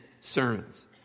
sermons